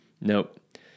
nope